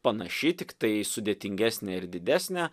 panaši tiktai sudėtingesnė ir didesnė